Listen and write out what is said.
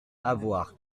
avoir